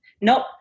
Nope